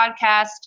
podcast